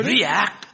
React